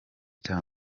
cya